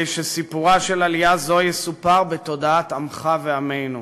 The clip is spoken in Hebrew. שסיפורה של עלייה זו יסופר בתודעת עמך ועמנו,